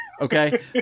Okay